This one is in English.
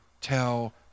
tell